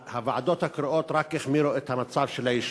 והוועדות הקרואות רק החמירו את המצב של היישוב.